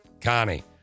Connie